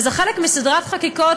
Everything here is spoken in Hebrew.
וזה חלק מסדרת חקיקות